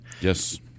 Yes